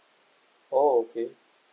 oh okay